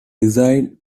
reign